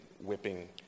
whipping